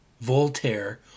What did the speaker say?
Voltaire